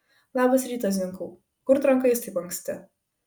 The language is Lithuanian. labas rytas zinkau kur trankais taip anksti